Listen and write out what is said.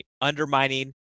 undermining